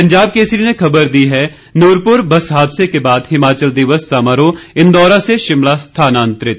पंजाब केसरी ने खबर दी है नूरपुर बस हादसे के बाद हिमाचल दिवस समारोह इंदौरा से शिमला स्थानांतरित